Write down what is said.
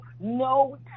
no